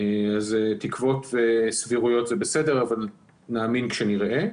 כך שתקוות וסבירויות זה בסדר אבל נאמין כשנראה.